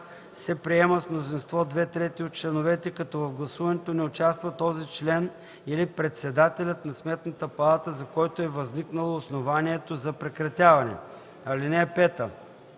се приема с мнозинство две трети от членовете, като в гласуването не участва този член или председателят на Сметната палата, за който е възникнало основанието за прекратяване. (5) При